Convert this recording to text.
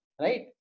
right